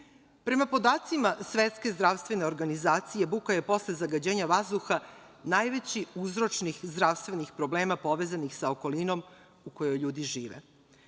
Prema podacima Svetske zdravstvene organizacije, buka je posle zagađenja vazduha najveći uzročnik zdravstvenih problema povezanih sa okolinom u kojoj ljudi žive.